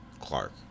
Clark